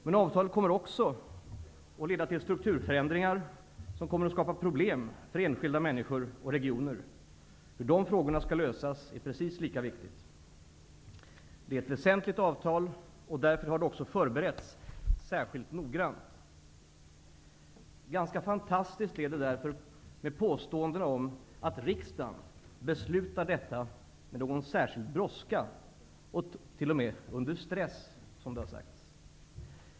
Men avtalet kommer också att leda till strukturförändringar som kommer att skapa problem för enskilda människor och regioner. Hur de frågorna skall lösas är precis lika viktigt. Det är ett väsentligt avtal, och därför har det också förberetts särskilt noggrant. Ganska fantastiskt är därför påståendena om att riksdagen beslutar detta med särskild brådska och t.o.m. under stress.